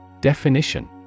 Definition